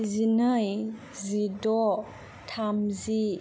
जिनै जिद' थामजि